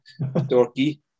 Dorky